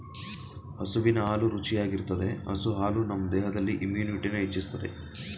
ಹಸುವಿನ ಹಾಲು ರುಚಿಯಾಗಿರ್ತದೆ ಹಸು ಹಾಲು ನಮ್ ದೇಹದಲ್ಲಿ ಇಮ್ಯುನಿಟಿನ ಹೆಚ್ಚಿಸ್ತದೆ